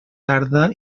tarda